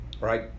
right